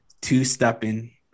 two-stepping